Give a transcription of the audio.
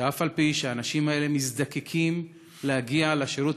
שאף-על-פי שהאנשים האלה נזקקים להגיע לשירות